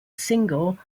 single